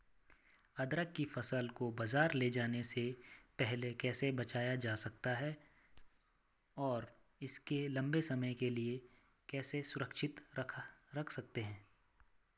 अदरक की फसल को बाज़ार ले जाने से पहले कैसे बचाया जा सकता है और इसको लंबे समय के लिए कैसे सुरक्षित रख सकते हैं?